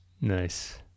Nice